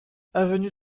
avenue